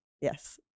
yes